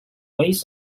weighs